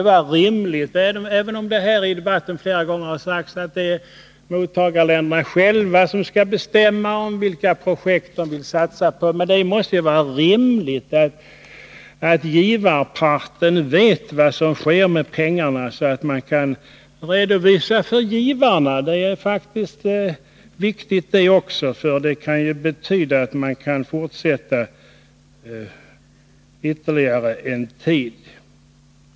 Även om det här i debatten flera gånger har sagts att det är mottagarländerna själva som skall bestämma vilka projekt de vill satsa på, måste det vara rimligt att givarparten vet vad som sker med pengarna, så att man kan redovisa för givarna. Det är faktiskt viktigt, eftersom man gärna vill fortsätta att bistå framgent.